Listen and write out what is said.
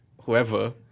whoever